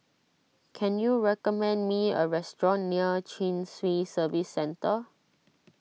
can you recommend me a restaurant near Chin Swee Service Centre